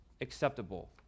acceptable